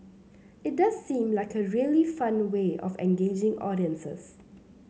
it does seem like a really fun way of engaging audiences